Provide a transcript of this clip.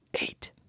Eight